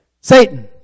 Satan